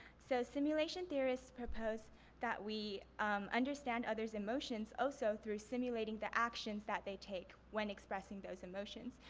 so simulation theorists propose that we understand other's emotions also through simulating the actions that they take when expressing those emotions.